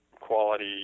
quality